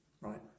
Right